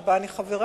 שבה אני חברה,